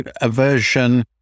aversion